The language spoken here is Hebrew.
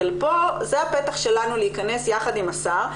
ופה זה הפתח שלנו להכנס יחד עם השר.